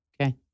Okay